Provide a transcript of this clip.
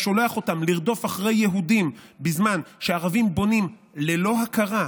ואתה שולח אותם לרדוף אחרי יהודים בזמן שערבים בונים ללא הכרה,